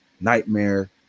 nightmare